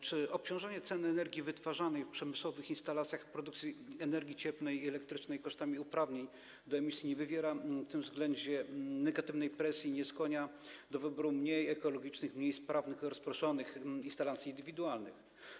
Czy obciążenie cen energii wytwarzanej w przemysłowych instalacjach w produkcji energii cieplnej i elektrycznej kosztami uprawnień do emisji nie wywiera w tym względzie negatywnej presji, nie skłania do wyboru mniej ekologicznych, mniej sprawnych rozproszonych instalacji indywidualnych?